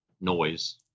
noise